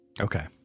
okay